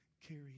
carry